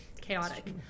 chaotic